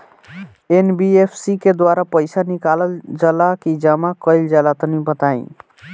NBFC के द्वारा पईसा निकालल जला की जमा कइल जला तनि बताई?